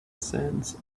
sands